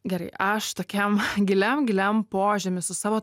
gerai aš tokiam giliam giliam požemy su savo